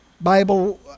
Bible